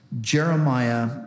Jeremiah